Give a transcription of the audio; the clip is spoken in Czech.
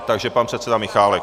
Takže pan předseda Michálek.